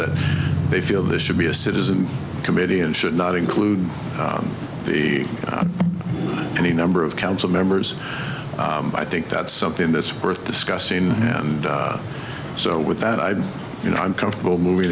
that they feel this should be a citizen committee and should not include the any number of council members i think that's something that's worth discussing and so with that i you know i'm comfortable movi